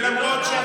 בושה,